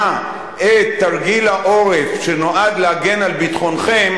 את תרגיל העורף שנועד להגן על ביטחונכם,